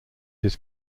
his